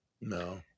No